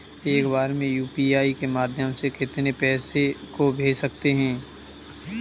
एक बार में यू.पी.आई के माध्यम से कितने पैसे को भेज सकते हैं?